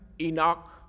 Enoch